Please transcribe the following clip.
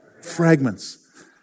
Fragments